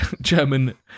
German